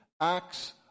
acts